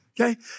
Okay